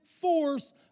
force